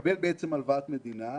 מקבל הלוואת מדינה,